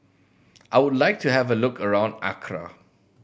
I would like to have a look around Accra